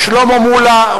שלמה מולה,